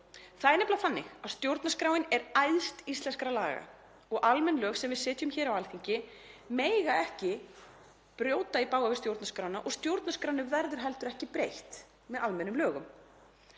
Það er nefnilega þannig að stjórnarskráin er æðst íslenskra laga og almenn lög sem við setjum hér á Alþingi mega ekki brjóta í bága við stjórnarskrána og stjórnarskránni verður heldur ekki breytt með almennum lögum.